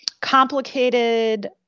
complicated